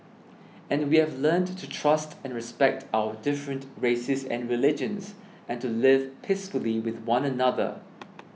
and we have learnt to trust and respect our different races and religions and to live peacefully with one another